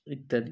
ইত্যাদি